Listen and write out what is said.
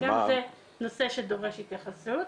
גם זה נושא שדורש התייחסות.